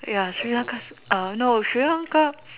ya Sri-Lanka uh no Sri-Lanka